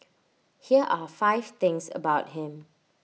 here are five things about him